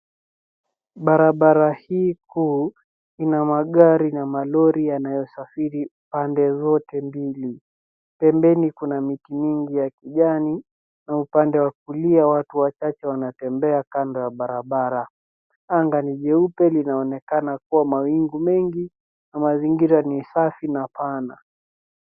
Barabara hii kuu ina magari na malori yanayosafiri pande zote mbili. Pembeni kuna mti nyingi ya kijani na upande wa kulia watu wachache wanatembea kando ya barabara. Anga ni jeupe linaonekana kuwa mawingu mengi na mazingira ni safi na pana.